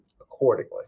accordingly